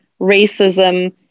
racism